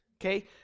Okay